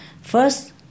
First